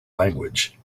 language